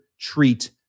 treat